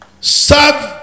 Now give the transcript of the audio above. serve